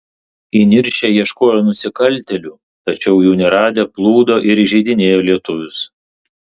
įniršę ieškojo nusikaltėlių tačiau jų neradę plūdo ir įžeidinėjo lietuvius